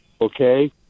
okay